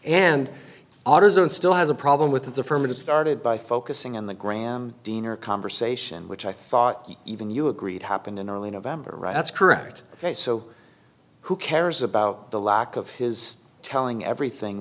and authors and still has a problem with its affirmative started by focusing on the graham dinner conversation which i thought even you agreed happened in early november right that's correct ok so who cares about the lack of his telling everything